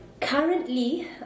currently